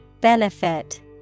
Benefit